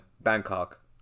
Bangkok